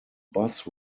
bus